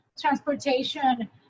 transportation